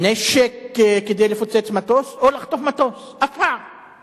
ניהלו או ביצעו חיפוש דקדקני הרבה מעבר למה